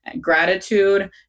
gratitude